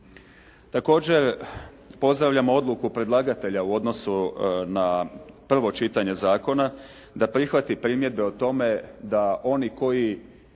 Također pozdravljam odluku predlagatelja u odnosu na prvo čitanje zakona da prihvati primjedbe o tome da oni koji